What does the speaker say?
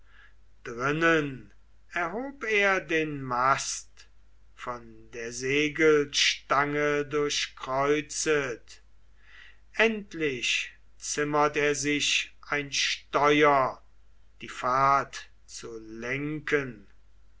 drinnen erhob er den mast von der segelstange durchkreuzet endlich zimmert er sich ein steuer die fahrt zu lenken